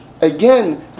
again